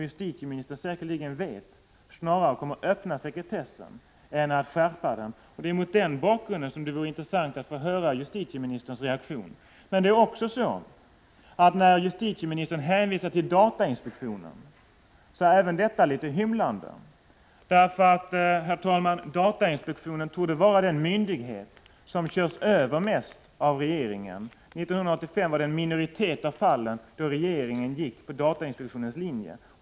Justitieministern vet säkerligen att denna kommitté snarare kommer att föreslå minskat sekretesskydd än ökat sådant. Det är mot den bakgrunden som det vore intressant att höra justitieministerns reaktion. Justitieministerns hänvisning till datainspektionen är också den litet hymlande. Datainspektionen torde nämligen, herr talman, vara den myndighet som mest körs över av regeringen. 1985 gick regeringen på datainspektionens linje endast i en minoritet av fallen.